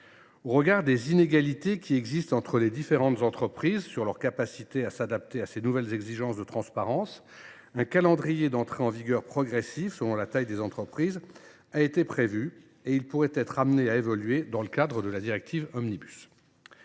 Au regard des inégalités qui existent entre les différentes entreprises quant à leur capacité à s’adapter à ces nouvelles exigences de transparence, un calendrier d’entrée en vigueur progressive, selon la taille des entreprises, a été prévu. Il pourrait être amené à évoluer dans le cadre du paquet omnibus.